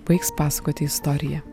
baigs pasakoti istoriją